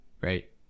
right